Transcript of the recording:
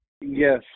Yes